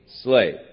slave